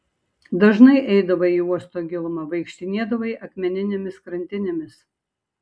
dažnai eidavai į uosto gilumą vaikštinėdavai akmeninėmis krantinėmis